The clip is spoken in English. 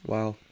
Wow